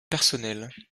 personnelles